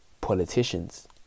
politicians